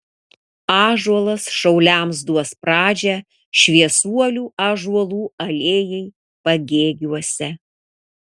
ąžuolas šauliams duos pradžią šviesuolių ąžuolų alėjai pagėgiuose